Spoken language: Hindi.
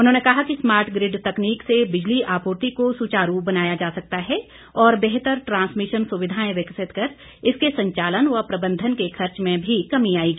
उन्होंने कहा कि स्मार्ट ग्रिड तकनीक से बिजली आपूर्ति को सुचारू बनाया जा सकता है और बेहतर ट्रांसमिशन सुविधाएं विकसित कर इसके संचालन व प्रबंधन के खर्च में भी कमी आएगी